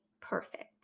perfect